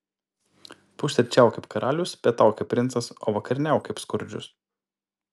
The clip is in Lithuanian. pusryčiauk kaip karalius pietauk kaip princas o vakarieniauk kaip skurdžius